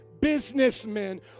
businessmen